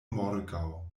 morgaŭ